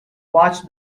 watch